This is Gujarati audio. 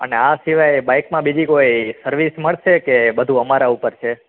આ સિવાય બાઈકમાં બીજી કોઈ સર્વિસ મળશે કે બધું અમારા ઉપર છે